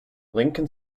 lincoln